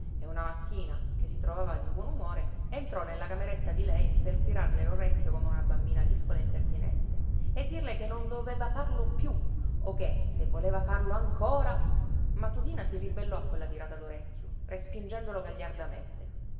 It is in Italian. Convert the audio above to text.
e una mattina che si trovava di buon umore entrò nella cameretta di lei per tirarle l'orecchio come a una bambina discola e impertinente e dirle che non doveva farlo più o che se voleva farlo ancora ma tudina si ribellò a quella tirata